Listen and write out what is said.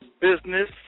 business